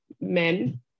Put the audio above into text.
men